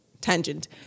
tangent